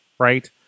Right